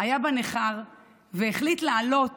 היה בניכר והחליט לעלות